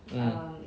mm